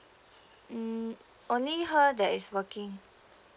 hmm only her that is working